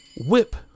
whip